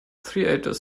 theatre